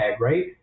right